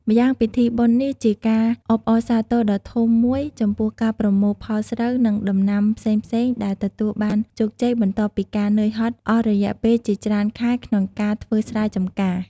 ម្យ៉ាងពិធីបុណ្យនេះជាការអបអរសាទរដ៏ធំមួយចំពោះការប្រមូលផលស្រូវ និងដំណាំផ្សេងៗដែលទទួលបានជោគជ័យ បន្ទាប់ពីការនឿយហត់អស់រយៈពេលជាច្រើនខែក្នុងការធ្វើស្រែចំកា។